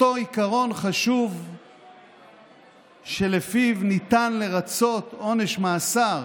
באותו עיקרון חשוב שלפיו ניתן לרצות עונש מאסר